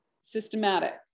systematic